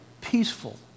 peaceful